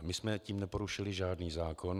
My jsme tím neporušili žádný zákon.